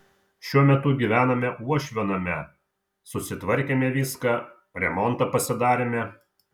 šiuo metu gyvename uošvio name susitvarkėme viską remontą pasidarėme